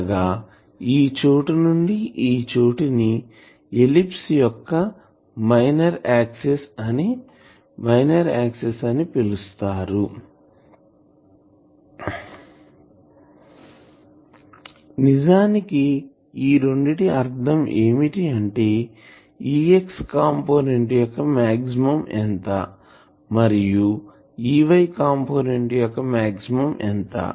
అనగా ఈ చోటు నుండి ఈ చోటు ని ఎలిప్స్ యొక్క మైనర్ ఆక్సిస్ అని పిలుస్తారు నిజానికి ఈ రెండిటి అర్ధం ఏమిటి అంటే Ex కంపోనెంట్ యొక్క మాక్సిమం ఎంత మరియు Ey కంపోనెంట్ యొక్క మాక్సిమం ఎంత